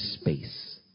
space